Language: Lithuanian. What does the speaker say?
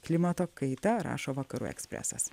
klimato kaita rašo vakarų ekspresas